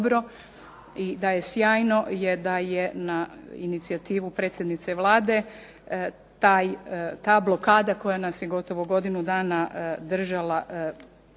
i da je sjajno je da je na inicijativu predsjednice Vlade ta blokada koja nas je gotovo godinu dana držala